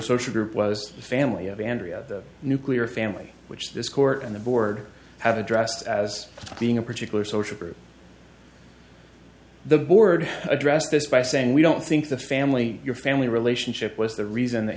social group was the family of andrea the nuclear family which this court and the board have addressed as being a particular social group the board addressed this by saying we don't think the family your family relationship was the reason